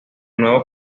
nuevo